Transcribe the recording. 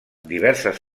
diverses